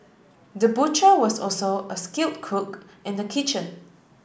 the butcher was also a skilled cook in the kitchen